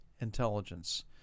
Intelligence